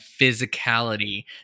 physicality